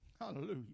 Hallelujah